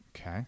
okay